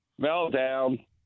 Meltdown